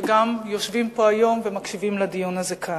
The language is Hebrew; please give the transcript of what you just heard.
שגם יושבים פה היום ומקשיבים לדיון הזה כאן.